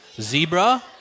Zebra